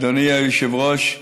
אדוני היושב-ראש,